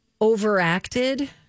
overacted